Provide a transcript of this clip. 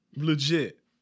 legit